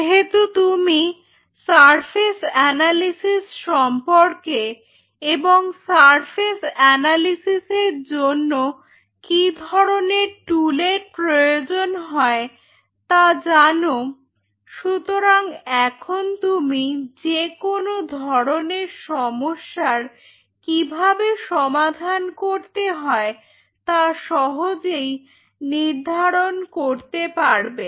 যেহেতু তুমি surface analysis সম্পর্কে এবং সারফেস অ্যানালিসিসের জন্য কি ধরনের টুলের প্রয়োজন হয় তা জানো সুতরাং এখন তুমি যে কোন ধরনের সমস্যার কিভাবে সমাধান করতে হয় তা সহজেই নির্ধারণ করতে পারবে